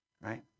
Right